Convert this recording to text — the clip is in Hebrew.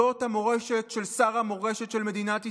זאת המורשת של שר המורשת של מדינת ישראל.